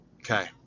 Okay